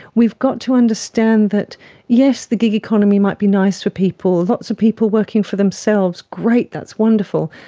we've got to understand that yes the gig economy might be nice for people, lots of people working for themselves, great, that's wonderful,